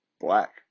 black